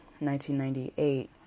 1998